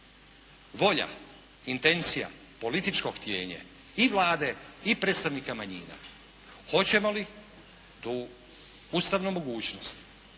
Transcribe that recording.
volja, intencija političko htijenje i Vlade i predstavnika manjina. Hoćemo li tu ustavnu mogućnost,